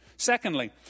Secondly